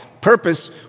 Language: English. purpose